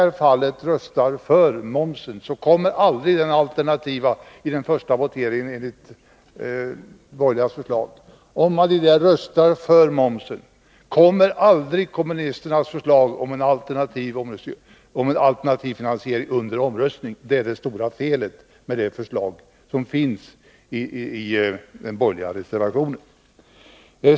Röstar man — enligt de borgerliga förslaget — vid den första voteringen för momsen, kommer kommunisternas förslag om en alternativ finansiering aldrig till omröstning. Det är det stora felet med förslaget i den borgerliga reservationen.